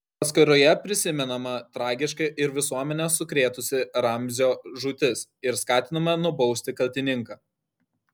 paskyroje prisimenama tragiška ir visuomenę sukrėtusi ramzio žūtis ir skatinama nubausti kaltininką